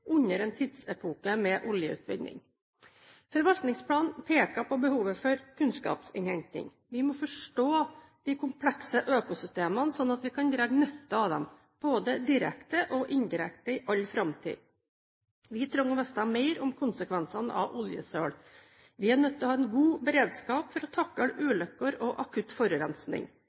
under en tidsepoke med oljeutvinning. Forvaltningsplanen peker på behovet for kunnskapsinnhenting. Vi må forstå de komplekse økosystemene, slik at vi kan dra nytte av dem – både direkte og indirekte – i all framtid. Vi trenger å vite mer om konsekvensene av oljesøl. Vi er nødt til å ha en god beredskap for å takle ulykker og akutt forurensning.